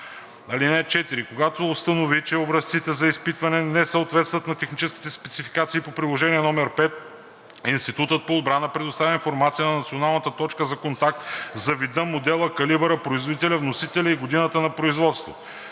за контакт. (4) Когато установи, че образците за изпитване не съответстват на техническите спецификации по Приложение № 5, Институтът по отбрана предоставя информация на Националната точка за контакт за вида, модела, калибъра, производителя, вносителя и годината на производство.